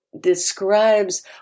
describes